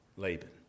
Laban